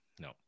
no